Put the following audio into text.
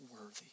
worthy